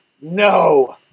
no